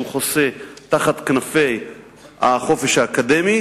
שהוא חוסה תחת כנפי החופש האקדמי,